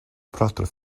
pratar